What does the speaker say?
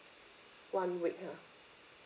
one week ha